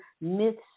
myths